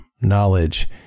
knowledge